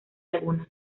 alguna